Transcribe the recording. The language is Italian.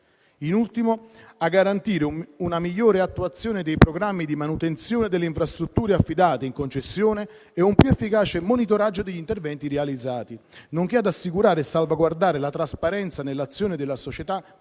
in esame; 4) a garantire una migliore attuazione dei programmi di manutenzione delle infrastrutture affidate in concessione e un più efficace monitoraggio degli interventi realizzati, nonché ad assicurare e salvaguardare la trasparenza nell'azione delle società